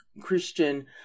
Christian